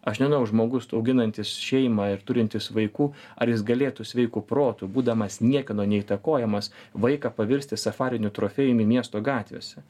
aš nežinau žmogus auginantis šeimą ir turintis vaikų ar jis galėtų sveiku protu būdamas niekieno neįtakojamas vaiką paversti safariniu trofėjumi miesto gatvėse